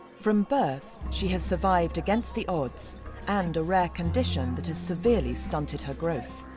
from birth, she has survived against the odds and a rare condition that has severely stunted her growth.